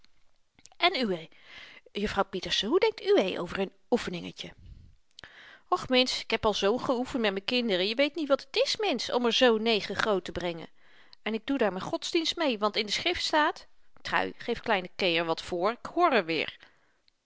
en uwé juffrouw pieterse hoe denkt uwé over n oefeningetje och mensch ik heb al zoo'n geoefen met m'n kinderen je weet niet wat t is mensch om r zoo negen groot te brengen en ik doe daar m'n godsdienst mee want in de schrift staat trui geef kleine kee r wat voor ik hoor r weer